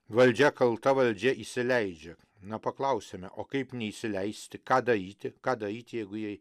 valdžia kalta valdžia įsileidžia na paklausime o kaip neįsileisti ką daryti ką daryti jeigu jie